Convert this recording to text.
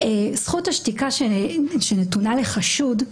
זכות השתיקה שנתונה לחשוד,